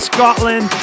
Scotland